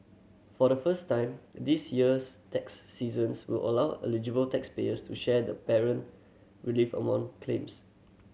for the first time this year's tax seasons will allow eligible taxpayers to share the parent relief among claims